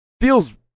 feels